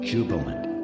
Jubilant